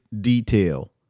detail